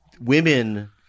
women